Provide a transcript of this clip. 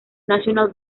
national